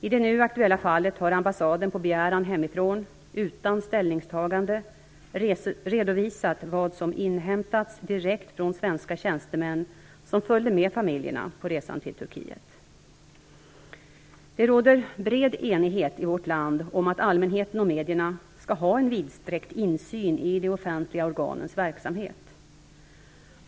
I det nu aktuella fallet har ambassaden på begäran hemifrån utan ställningstagande redovisat vad som inhämtats direkt från svenska tjänstemän som följde med familjerna på resan till Turkiet. Det råder bred enighet i vårt land om att allmänheten och medierna skall ha en vidsträckt insyn i de offentliga organens verksamhet.